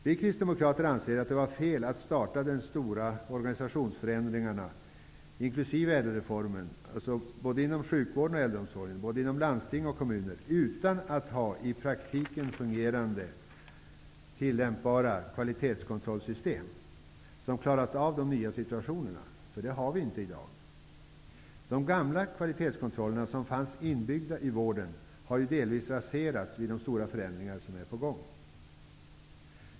Vi Kristdemokrater anser att det var fel att starta de stora organisationsförändringarna, inkl. ÄDEL reformen inom sjukvården och äldreomsorgen och både inom landsting och kommuner utan att ha i praktiken fungerande tillämpbara kvalitetskontrollsystem som klarar av den nya situationen. Ett sådant system finns inte i dag. De gamla kvalitetskontrollerna, som fanns inbyggda i vården, har delvis raserats vid de stora förändringar som är på gång.